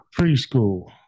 preschool